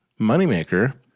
moneymaker